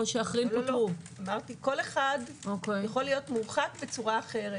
כל אחד יכול להיות מורחק בצורה אחרת